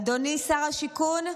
אדוני שר השיכון.